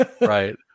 Right